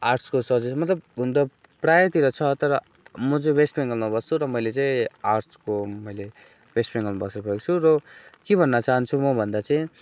आर्ट्सको suggestion मतलब हुनु त प्रायःतिर छ तर म चाहिँ वेस्ट बेङ्गालमा बस्छु र मैले चाहिँ आर्ट्को मैले वेस्ट बेङ्गलमा बसेर गरेको छु र के भन्नु चाहन्छु म भन्दा चाहिँ